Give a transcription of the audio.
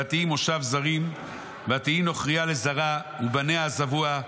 ותהי מושב זרים ותהי נוכרייה לזרעה ובניה עזבוה.